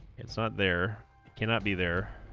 it's not there cannot be there